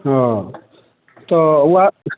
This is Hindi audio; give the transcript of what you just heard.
सुनब तऽ वएह